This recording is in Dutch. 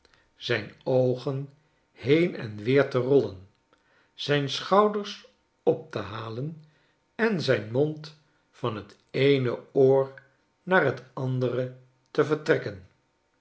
zijn oogen heen en weer te rollen zijn schouders op te halen en zijn mond van t eene oor naar t andere te vertrekken